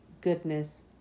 goodness